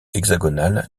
hexagonal